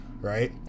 right